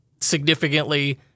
significantly